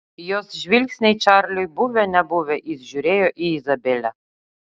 jos žvilgsniai čarliui buvę nebuvę jis žiūrėjo į izabelę